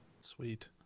Sweet